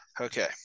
Okay